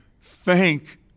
thank